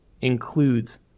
includes